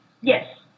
Yes